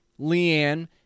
Leanne